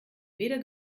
weder